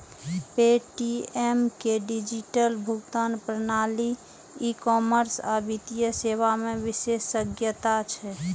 Paytm के digital भुगतान प्रणाली, ई कॉमर्स आ वित्तीय सेवा मे विशेषज्ञता छै